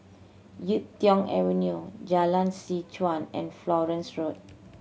Yuk Tong Avenue Jalan Seh Chuan and Florence Road